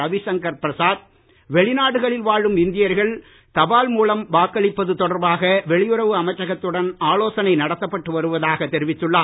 ரவிசங்கர் பிரசாத் வெளிநாடுகளில் வாழும் இந்தியர்கள் தபால் மூலம் வாக்களிப்பது தொடர்பாக வெளியுறவு அமைச்சகத்துடன் ஆலோசனை நடத்தப்பட்டு வருவதாக தெரிவித்துள்ளார்